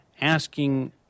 asking